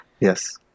Yes